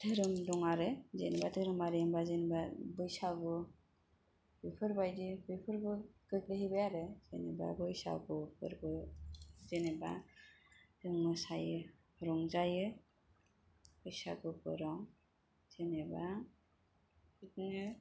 धोरोम दं आरो जेनबा धोरोमारि होनबा जेनेबा बैसागु बेफोरबायदि बेफोरबो गोग्लैहैबाय आरो जेनेबा बैसागु फोरबो जेनेबा जों मोसायो रंजायो बैसागुफोराव जेनेबा बिदिन